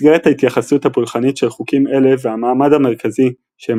מסגרת ההתייחסות הפולחנית של חוקים אלה והמעמד המרכזי שהם